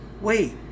Wait